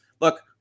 Look